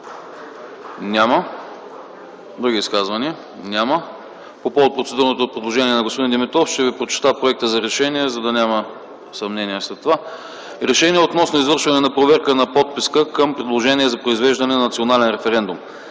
Няма. Други изказвания? Няма. По повод процедурното предложение на господин Димитров ще ви прочета проекта за решение, за да няма съмнения след това. „РЕШЕНИЕ относно извършване на проверка на подписка към предложение за произвеждане на национален референдум.